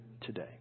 today